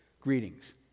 greetings